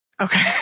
Okay